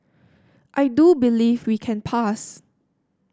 I do believe we can pass